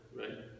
right